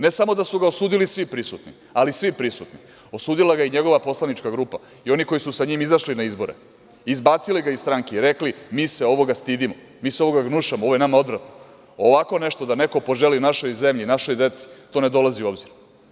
Ne samo da su ga osudili svi prisutni, ali svi prisutni, osudila ga je i njegova poslanička grupa i oni koji su sa njim izašli na izbore, izbacili ga iz stranke i rekli – mi se ovoga stidimo, mi se ovoga gnušamo, ovo je nama odvratno, ovako nešto da neko poželi našoj zemlji i našoj deci, to ne dolazi u obzir.